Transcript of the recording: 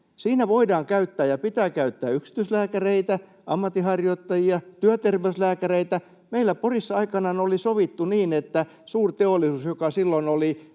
Siinä voidaan käyttää ja pitää käyttää yksityislääkäreitä, ammatinharjoittajia, työterveyslääkäreitä. Meillä Porissa aikanaan oli sovittu niin, että suurteollisuudessa, joka silloin